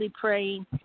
praying